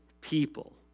people